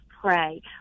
pray